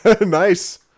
Nice